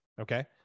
okay